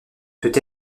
peut